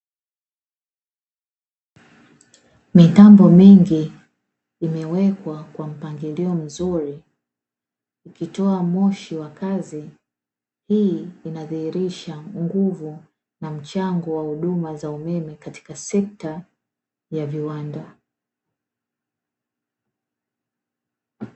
Mitambo mingi imewekwa kwa mpangilio mzuri ikitoa moshi wa kazi, hii inadhihirisha nguvu na mchango wa huduma za umeme katika sekta ya viwanda.